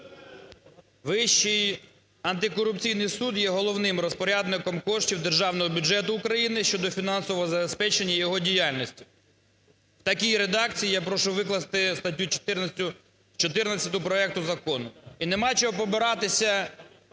"Вищий антикорупційний суд є головним розпорядником коштів Державного бюджету України щодо фінансового забезпечення і його діяльності", - в такій редакції я прошу викласти статтю 14 проекту закону. І немає чого побиратися